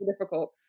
difficult